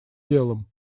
делом